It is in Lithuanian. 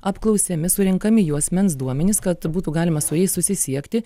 apklausiami surenkami jų asmens duomenys kad būtų galima su jais susisiekti